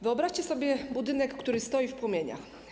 Wyobraźcie sobie budynek, który stoi w płomieniach.